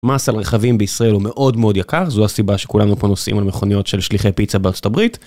מס על רכבים בישראל הוא מאוד מאוד יקר, זו הסיבה שכולנו פה נוסעים על מכוניות של שליחי פיצה בארה״ב.